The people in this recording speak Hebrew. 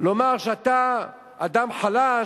לומר שאתה אדם חלש,